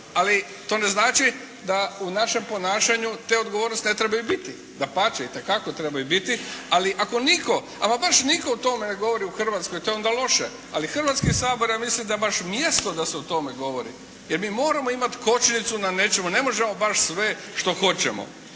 ali to ne znači da u našem ponašanju te odgovornosti ne trebaju biti. Dapače. Itekako trebaju biti, ali ako nitko, ama baš nitko o tome ne govori u Hrvatskoj, to je onda loše, ali Hrvatski je sabor ja mislim da je baš mjesto da se o tome govori, jer mi moramo imati kočnicu na nečemu, ne možemo baš sve što hoćemo.